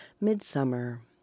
Midsummer